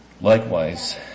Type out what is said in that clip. Likewise